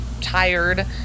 tired